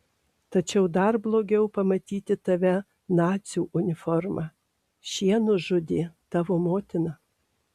tačiau dar blogiau pamatyti tave nacių uniforma šie nužudė tavo motiną